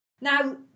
Now